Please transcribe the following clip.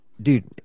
Dude